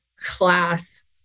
class